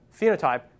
phenotype